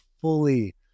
fully